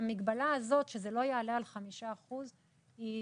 המגבלה הזאת שזה לא יעלה על חמישה אחוזים היא